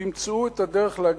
תמצאו את הדרך להגיד: